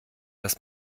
dass